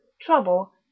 trouble